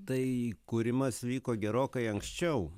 tai kūrimas vyko gerokai anksčiau